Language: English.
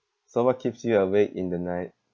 so what keeps you awake in the night